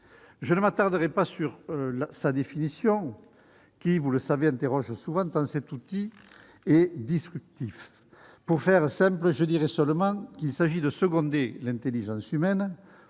Je ne m'attarderai pas sur sa définition qui, vous le savez, interroge souvent, tant cet outil est « disruptif ». Pour faire simple, je dirais qu'il s'agit de seconder l'intelligence humaine